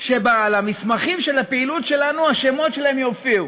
שעל המסמכים של הפעילות שלנו השמות שלהם יופיעו,